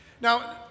Now